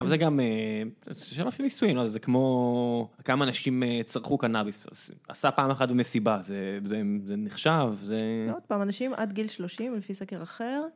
אבל זה גם... אפשר לפי ניסוים, זה כמו... כמה אנשים צרכו קנאביס, אז עשה פעם אחת במסיבה, זה נחשב? זה... ועוד פעם, אנשים עד גיל 30, לפי סקר אחר.